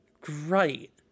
Great